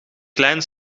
klein